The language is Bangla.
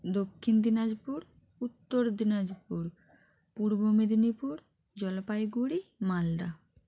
দক্ষিণ দিনাজপুর উত্তর দিনাজপুর পূর্ব মেদিনীপুর জলপাইগুড়ি মালদা